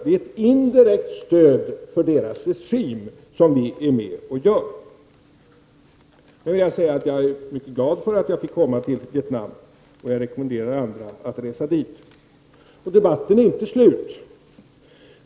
Det är ett indirekt stöd till deras regim som vi är med och ger. Jag vill gärna säga att jag är mycket glad för att jag fick komma till Vietnam. Jag rekommenderar andra att resa dit. Debatten är inte slut.